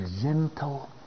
gentle